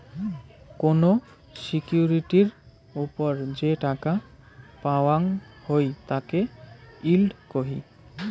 কোন সিকিউরিটির ওপর যে টাকা পাওয়াঙ হই তাকে ইল্ড কহি